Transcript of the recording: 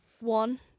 one